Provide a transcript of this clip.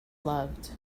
loved